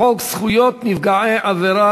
25 בעד,